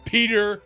Peter